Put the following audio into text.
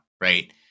Right